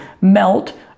melt